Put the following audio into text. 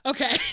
Okay